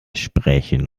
sprechen